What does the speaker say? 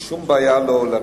זה בסדר, אין שום בעיה להרגיז,